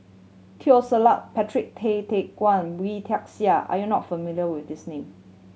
Teo Ser Luck Patrick Tay Teck Guan Wee Tian Siak are you not familiar with these name